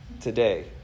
Today